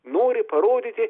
nori parodyti